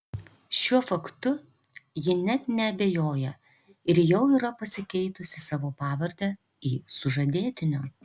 šiuo faktu ji net neabejoja ir jau yra pasikeitusi savo pavardę į sužadėtinio